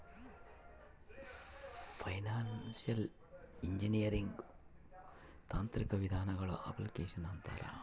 financial engineering ತಾಂತ್ರಿಕ ವಿಧಾನಗಳ application ಅಂತಾರ